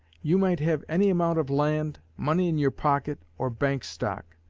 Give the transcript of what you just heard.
you might have any amount of land, money in your pocket, or bank-stock,